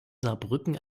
saarbrücken